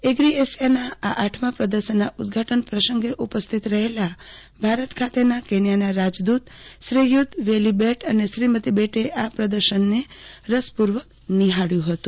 agri એશિયાના આ આઠમાં પ્રદર્શનના ઉદઘાટન પ્રસંગે ઉપસ્થિત રહેલા ભારત ખાતેના કેન્યાના રાજદૂત શ્રીયુત વીલી બેટ અને શ્રીમતી બેટે આ પ્રદર્શન રસપૂર્વક નિહાળ્યું હતું